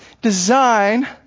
design